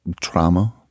trauma